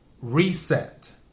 Reset